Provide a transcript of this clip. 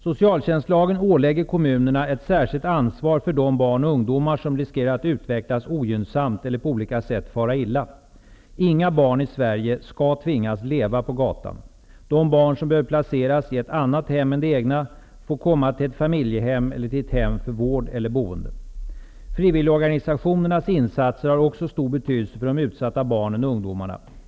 Socialtjänstlagen ålägger kommunerna ett särskilt ansvar för de barn och ungdomar som riskerar att utvecklas ogynnsamt eller på olika sätt fara illa. Inga barn i Sverige skall tvingas leva på gatan. De barn som behöver placeras i ett annat hem än det egna, får komma till ett familjehem eller till ett hem för vård eller boende. Frivilligorganisationernas insatser har också stor betydelse för de utsatta barnen och ungdomarna.